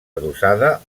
adossada